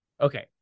okay